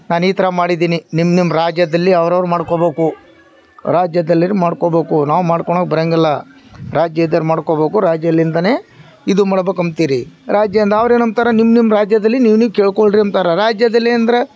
ನಾನು ಈ ಥರ ಮಾಡಿದ್ದಿನಿ ನಿಮ್ಮ ನಿಮ್ಮ ರಾಜ್ಯದಲ್ಲಿ ಅವ್ರವ್ರು ಮಾಡ್ಕೋಬೇಕು ರಾಜ್ಯದಲ್ಲಿರೋ ಮಾಡ್ಕೋಬೇಕು ನಾವು ಮಾಡ್ಕೊಳೋದ್ ಬರೋಂಗಿಲ್ಲ ರಾಜ್ಯದವ್ರು ಮಾಡ್ಕೋಬೇಕು ರಾಜ್ಯಲಿಂದ ಇದು ಮಾಡ್ಬೇಕು ಅಂಬ್ತೀರಿ ರಾಜ್ಯದು ಅವ್ರೇನು ಅಂಬ್ತಾರೆ ನಿಮ್ಮ ನಿಮ್ಮ ರಾಜ್ಯದಲ್ಲಿ ನೀವುನೀವ್ ಕೇಳಿಕೊಳ್ರಿ ಅಂತಾರೆ ರಾಜ್ಯದಲ್ಲಿ ಅಂದರೆ